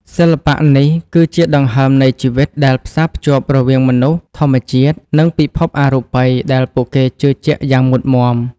សិល្បៈនេះគឺជាដង្ហើមនៃជីវិត ដែលផ្សារភ្ជាប់រវាងមនុស្ស ធម្មជាតិ និងពិភពអរូបិយដែលពួកគេជឿជាក់យ៉ាងមុតមាំ។